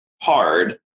hard